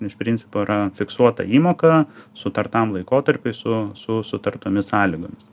iš principo yra fiksuota įmoka sutartam laikotarpiui su su sutartomis sąlygomis